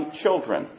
children